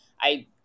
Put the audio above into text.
I-